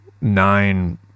nine